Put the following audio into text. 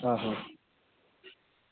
आहो